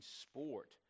sport